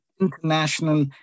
International